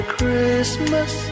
Christmas